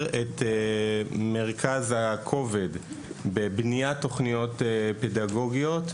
את מרכז הכובד בבניית תוכניות פדגוגיות,